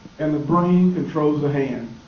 and the brain controls the hand.